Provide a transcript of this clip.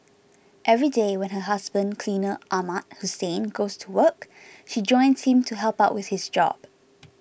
every day when her husband cleaner Ahmad Hussein goes to work she joins him to help out with his job